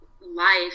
life